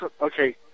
Okay